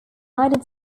united